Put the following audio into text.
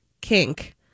kink